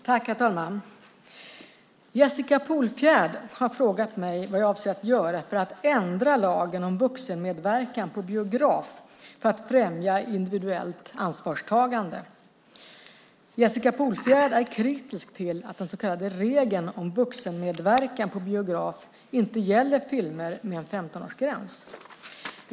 Herr talman! Jessica Polfjärd har frågat mig vad jag avser att göra för att ändra lagen om vuxenmedverkan på biograf för att främja individuellt ansvarstagande. Jessica Polfjärd är kritisk till att den så kallade regeln om vuxenmedverkan på biograf inte gäller filmer med en 15-årsgräns.